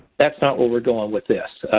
that's not where we're going with this.